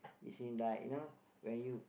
is in like you know when you